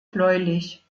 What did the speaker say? bläulich